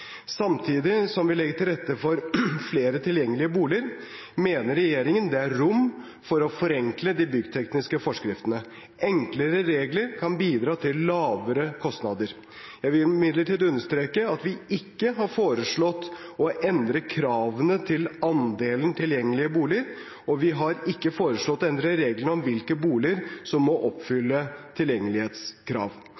Samtidig som vi legger til rette for flere tilgjengelige boliger, mener regjeringen det er rom for å forenkle de byggtekniske forskriftene. Enklere regler kan bidra til lavere kostnader. Jeg vil imidlertid understreke at vi ikke har foreslått å endre kravene til andelen tilgjengelige boliger, og vi har ikke foreslått å endre reglene om hvilke boliger som må